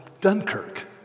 Dunkirk